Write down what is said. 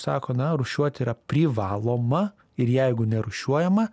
sako na rūšiuoti yra privaloma ir jeigu nerūšiuojama